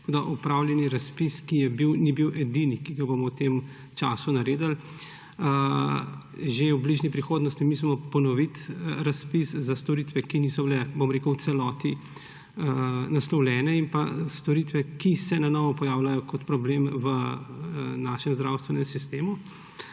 opravljeni razpis, ki je bil, ni bil edini, ki ga bomo v tem času naredili. Že v bližnji prihodnosti mislimo ponoviti razpis za storitve, ki niso bile v celoti naslovljene, in storitve, ki se na novo pojavljajo kot problem v našem zdravstvenem sistemu.